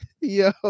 Yo